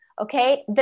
okay